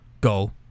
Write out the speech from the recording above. go